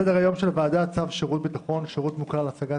צו שירות ביטחון (שירות מוכר להשגת